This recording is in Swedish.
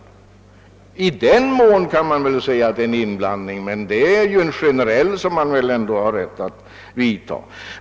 Så till vida kan man säga att det är fråga om en inblandning, men det är en generell sådan som man har rätt att göra.